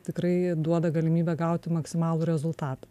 tikrai duoda galimybę gauti maksimalų rezultatą